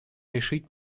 решить